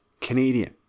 Canadian